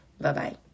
Bye-bye